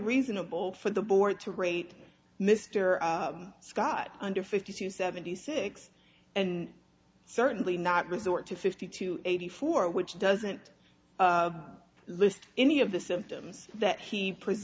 reasonable for the board to rate mr scott under fifty to seventy six and certainly not resort to fifty to eighty four which doesn't list any of the symptoms that he p